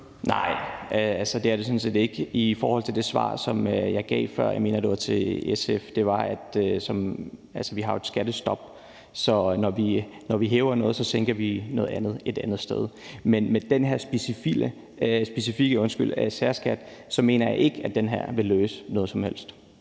det er det sådan set ikke. Det svar, som jeg gav før – jeg mener, det var til SF – var, at vi jo har et skattestop, så når vi hæver noget, sænker vi noget andet et andet sted. Men med den her specifikke særskat mener jeg ikke at det her vil løse noget som helst.